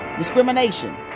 Discrimination